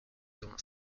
dont